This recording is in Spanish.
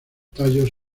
tallos